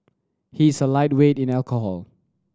he is a lightweight in alcohol